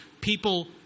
people